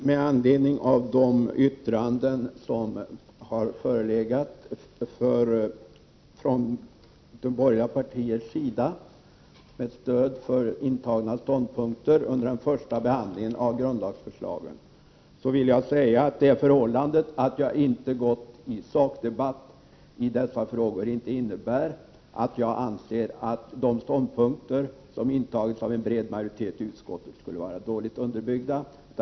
Med anledning av de yttranden som har förelegat från borgerliga partiers sida med stöd för intagna ståndpunkter under den första behandlingen av grundlagsförslagen, vill jag säga att det förhållandet att jag inte gått i sakdebatt i dessa frågor inte innebär att jag anser att de ståndpunkter som intagits av en bred majoritet i utskottet skulle vara dåligt underbyggda.